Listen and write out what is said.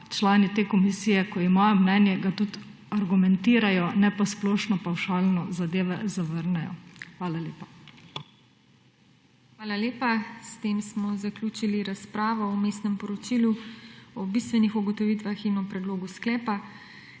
člani te komisije, ko imajo mnenje, ga tudi argumentirajo, ne pa splošno, pavšalno zadeve zavrnejo. Hvala lepa. PODPREDSEDNICA TINA HEFERLE: Hvala lepa. S tem smo zaključili razpravo o vmesnem poročilu, o bistvenih ugotovitvah in o predlogu sklepa.